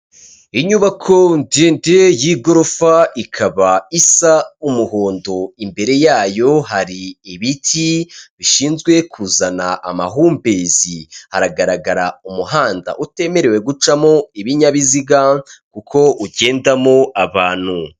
Inyubako ndende y'igorofa ikaba isa umuhondo, imbere yayo hari ibiti bishinzwe kuzana amahumbezi, haragaragara umuhanda utemerewe gucamo ibinyabiziga kuko ugendamo abantu.